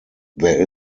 there